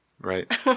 Right